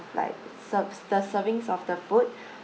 like ser~ the servings of the food